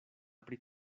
pri